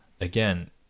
again